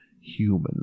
human